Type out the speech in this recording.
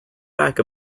back